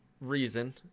reason